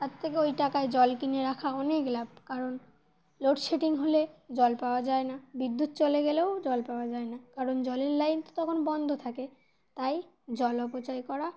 তার থেকে ওই টাকায় জল কিনে রাখা অনেক লাভ কারণ লোডশেডিং হলে জল পাওয়া যায় না বিদ্যুৎ চলে গেলেও জল পাওয়া যায় না কারণ জলের লাইন তো তখন বন্ধ থাকে তাই জল অপচয় করা